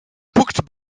punkt